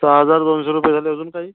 सहा हजार दोनशे रुपये झाले अजून काही